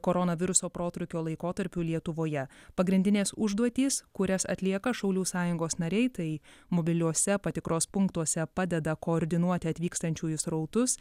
koronaviruso protrūkio laikotarpiu lietuvoje pagrindinės užduotys kurias atlieka šaulių sąjungos nariai tai mobiliuose patikros punktuose padeda koordinuoti atvykstančiųjų srautus